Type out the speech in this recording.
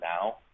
now